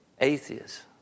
atheists